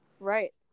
right